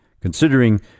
Considering